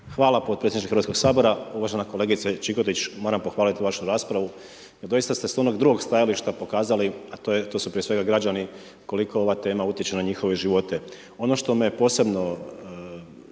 Hvala potpredsjedniče HS-a. Uvažena kolegice Čikotić, moram pohvaliti vašu raspravu jer doista ste s onog drugog stajališta pokazali, a to su prije svega građani, koliko ova tema utječe na njihove živote. Ono što me posebno,